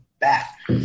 back